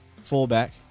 Fullback